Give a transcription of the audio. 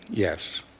yes.